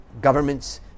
Governments